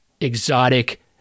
exotic